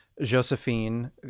Josephine